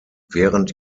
während